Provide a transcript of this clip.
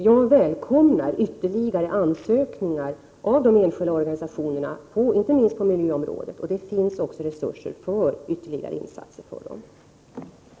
Jag välkomnar ytterligare ansökningar från de enskilda organisationerna, inte minst på miljöområdet, och det finns också resurser för ytterligare insatser från deras sida.